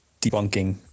debunking